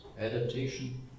adaptation